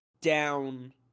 down